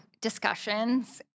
discussions